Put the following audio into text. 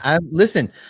Listen